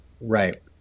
Right